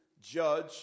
judge